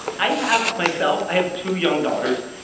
i have, myself i have two young daughters.